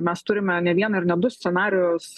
mes turime ne vieną ir ne du scenarijus